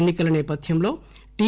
ఎన్ని కల నేపథ్యంలో టి